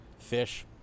Fish